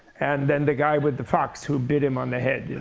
and then the guy with the fox who bit him on the head,